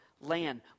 land